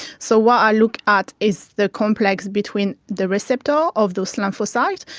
so what i look at is the complex between the receptor of those lymphocytes,